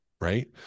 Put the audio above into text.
right